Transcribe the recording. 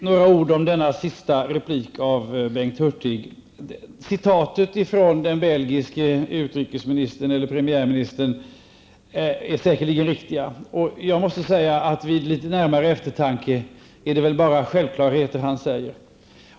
Herr talman! Jag vill säga några ord om Bengt Hurtigs replik. Referaten från den belgiske utrikesministern är säkert riktiga. Vid litet närmare eftertanke är det väl bara självklarheter han säger.